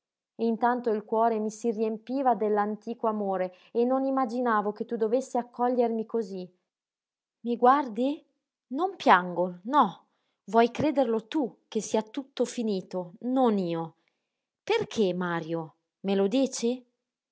intanto il cuore mi si riempiva dell'antico amore e non imaginavo che tu dovessi accogliermi cosí i guardi non piango no vuoi crederlo tu che sia tutto finito non io perché mario me lo dici